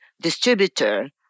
distributor